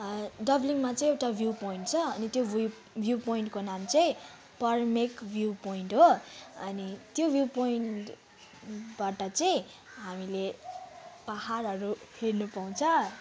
डाब्लिङमा चाहिँ एउटा view point छ अनि त्यो भुइ भ्यु पोइन्टको नाम चाहिँ बर्मेक भ्यु पोइन्ट हो अनि त्यो भ्यु पोइन्टबाट चाहिँ हामीले पाहाडहरू हेर्नु पाउँछ